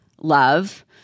love